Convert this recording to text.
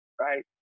right